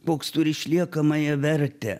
koks turi išliekamąją vertę